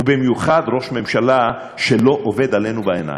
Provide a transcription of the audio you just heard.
ובמיוחד ראש ממשלה שלא עובד עלינו בעיניים.